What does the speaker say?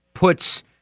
Puts